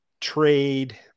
trade